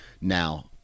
now